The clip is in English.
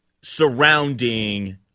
surrounding